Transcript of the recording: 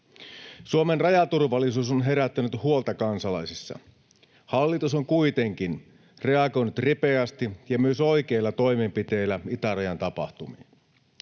Suomen rajaturvallisuus on herättänyt huolta kansalaisissa. Hallitus on kuitenkin reagoinut ripeästi ja myös oikeilla toimenpiteillä itärajan tapahtumiin.